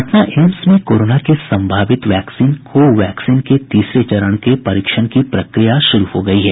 Patna AIIMS में corona के संभावित वैक्सीन को वैक्सीन के तीसरे चरण के परीक्षण की प्रक्रिया शुरू हो गयी है